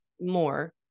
more